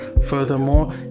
Furthermore